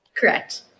Correct